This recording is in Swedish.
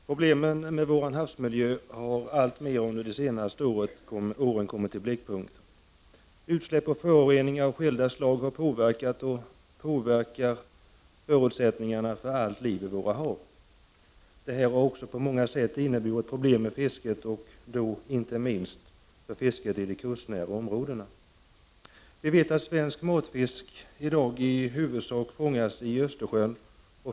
Herr talman! Problemen med vår havsmiljö har alltmer under de senaste åren kommit i blickpunkten. Utsläpp och föroreningar av skilda slag har på verkat och påverkar förutsättningarna för allt liv i våra hav. Detta har på många sätt inneburit problem för fisket, inte minst i de kustnära områdena. Svensk matfisk fångas i dag i huvudsak i Östersjön.